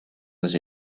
was